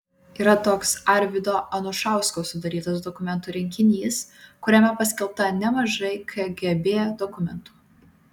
yra toks arvydo anušausko sudarytas dokumentų rinkinys kuriame paskelbta nemažai kgb dokumentų